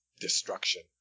destruction